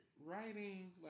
writing